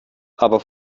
aber